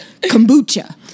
kombucha